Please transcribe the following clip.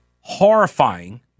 Horrifying